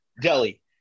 Delhi